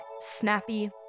snappy